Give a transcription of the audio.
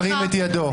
ירים את ידו.